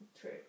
true